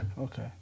Okay